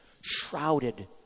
shrouded